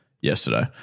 yesterday